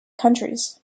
countries